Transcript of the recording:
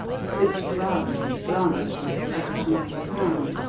switched round and glanced in the direction of the sound,